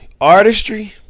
Artistry